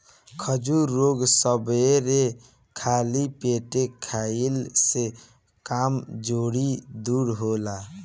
खजूर रोज सबेरे खाली पेटे खइला से कमज़ोरी दूर होला